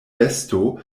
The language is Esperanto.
besto